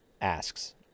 asks